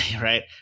Right